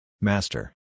Master